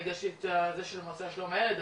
אני הגשתי את זה של המועצה לשלום הילד,